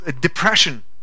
depression